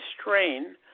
strain